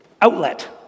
Outlet